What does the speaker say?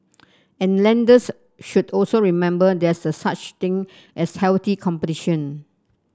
and lenders should also remember there is a such thing as healthy competition